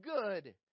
good